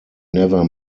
never